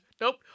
Nope